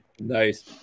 Nice